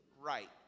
right